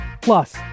Plus